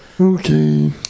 Okay